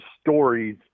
stories